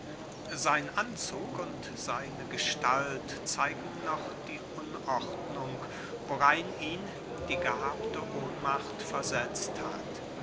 sein anzug und seine gestalt zeigen noch die unordnung worein ihn die gehabte ohnmacht versetzt hat